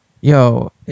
Yo